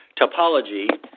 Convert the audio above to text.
topology